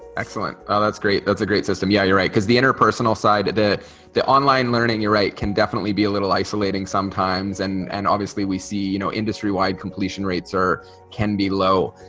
excellent ah that's great. that's a great system, yeah you're right because the interpersonal side that the online learning your right can definitely be a little isolating sometimes and and obviously we see you know industry-wide completion rates are can be low.